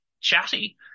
chatty